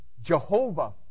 Jehovah